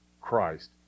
Christ